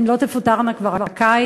הן לא תפוטרנה כבר הקיץ,